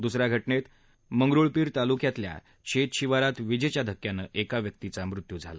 दुसऱ्या घटनेत मंगरूळपीर तालुक्यातल्या शेत शिवारात विजेच्या धक्क्यानं एका व्यक्तीच्या मृत्यू झाला